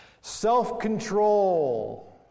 Self-control